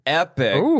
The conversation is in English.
epic